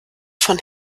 von